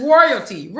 royalty